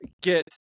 get